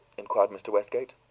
inquired mr. westgate.